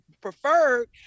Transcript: preferred